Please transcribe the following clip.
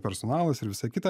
personalas ir visa kita